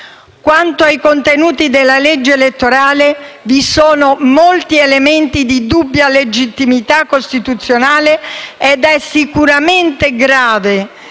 Quanto ai contenuti della legge elettorale, vi sono molti elementi di dubbia legittimità costituzionale ed è sicuramente grave